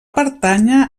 pertànyer